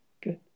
Good